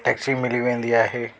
taxi मिली वेंदी आहे